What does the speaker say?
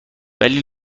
ولی